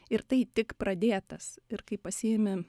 ir tai tik pradėtas ir kaip pasiimi